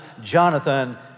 Jonathan